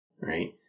right